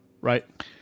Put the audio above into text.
right